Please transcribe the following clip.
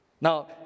Now